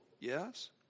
yes